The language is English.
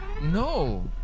No